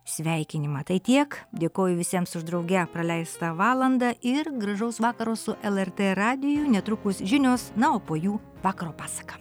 sveikinimą tai tiek dėkoju visiems už drauge praleistą valandą ir gražaus vakaro su lrt radiju netrukus žinios na o po jų vakaro pasaka